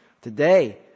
today